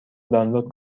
دانلود